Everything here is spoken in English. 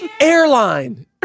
Airline